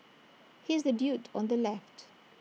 he's the dude on the left